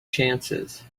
chances